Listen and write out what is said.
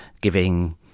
giving